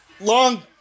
Long